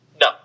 No